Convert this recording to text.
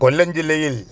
കൊല്ലം ജില്ലയിൽ